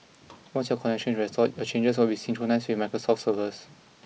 once your connection is restored your changes will be synchronised with Microsoft's servers